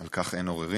על כך אין עוררין.